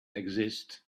exist